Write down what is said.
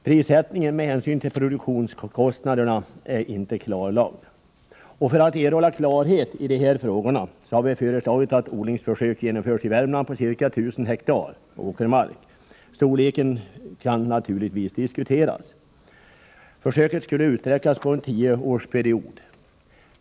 Prissättningen med hänsyn till produktionskostnaderna är inte klarlagd. För att erhålla klarhet i dessa frågor har vi föreslagit att odlingsförsök genomförs i Värmland på ca 1 000 ha åkermark — storleken kan naturligtvis diskuteras. Försöket skulle utsträckas över en tioårsperiod.